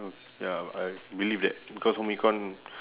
ya I believe that because home econ